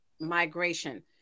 migration